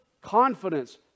confidence